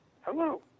Hello